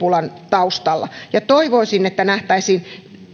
taustalla ja toivoisin että tämä nähtäisiin